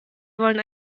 wollen